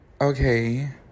Okay